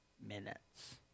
minutes